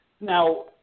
Now